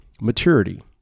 maturity